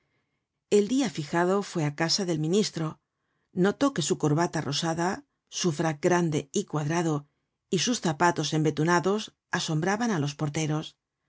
el dia fijado fué á casa del ministro notó que su corbata rosada su frac grande y cuadrado y sus zapatos embetunados asombraban á los porteros